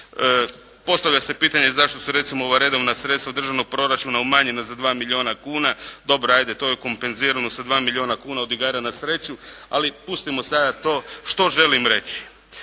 Postavlja se pitanje zašto su recimo ova redovna sredstva Državnog proračuna umanjena za 2 milijuna kuna. Dobro ajde, to je kompenzirano sa dva milijuna kuna od igara na sreću. Ali pustimo sada to. Što želim reći?